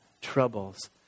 troubles